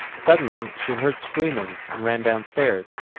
suddenly, she heard screaming and ran downstairs.